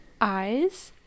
eyes